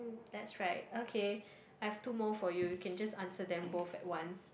that's right okay I have two more for you you can just answer them both at once